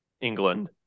England